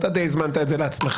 אתה די הזמנת את זה לעצמך,